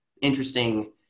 interesting